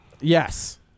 Yes